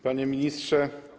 Panie Ministrze!